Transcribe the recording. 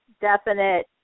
definite